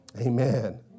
Amen